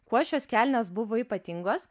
kuo šios kelnės buvo ypatingos